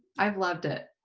i loved it.